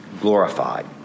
glorified